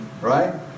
Right